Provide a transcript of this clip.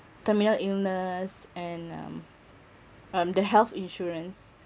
terminal illness and um um the health insurance